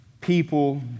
people